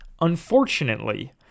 Unfortunately